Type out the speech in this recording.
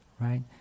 right